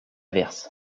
verse